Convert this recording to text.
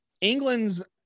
England's